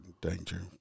danger